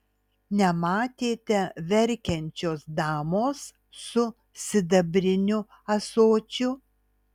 nematėte verkiančios damos su sidabriniu ąsočiu